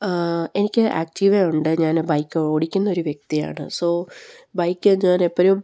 എനിക്ക് ആക്റ്റീവേ ഉണ്ട് ഞാൻ ബൈക്ക് ഓടിക്കുന്ന ഒരു വ്യക്തിയാണ് സോ ബൈക്ക് ഞാൻ എപ്പോഴും